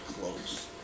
close